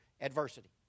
adversity